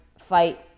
fight